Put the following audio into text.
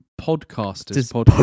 podcasters